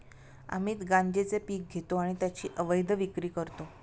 अमित गांजेचे पीक घेतो आणि त्याची अवैध विक्री करतो